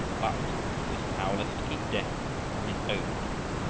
but he was powerless to keep death from his own door.